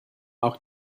auch